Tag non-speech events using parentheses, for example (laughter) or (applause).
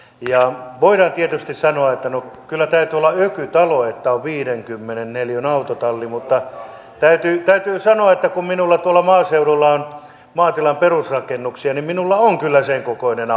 voidaan tietysti sanoa että kyllä täytyy olla ökytalo että on viidenkymmenen neliön autotalli mutta täytyy täytyy sanoa kun minulla tuolla maaseudulla on maatilan perusrakennuksia että minulla on kyllä sen kokoinen (unintelligible)